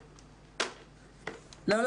לא.